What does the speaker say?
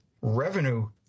Revenue